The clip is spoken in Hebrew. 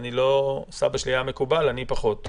סבא שלי היה מקובל, אני פחות.